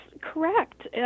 correct